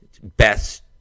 best